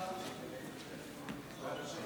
כבוד היושב-ראש,